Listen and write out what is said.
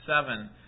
seven